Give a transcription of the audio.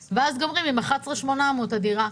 בסוף גומרים עם 11,800 לדירה.